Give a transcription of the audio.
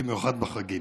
במיוחד בחגים.